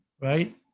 right